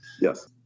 yes